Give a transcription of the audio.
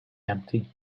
empty